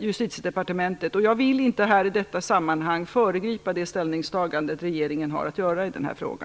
Justitiedepartementet. Jag vill inte här i detta sammanhang föregripa det ställningstagande som regeringen har att göra i denna fråga.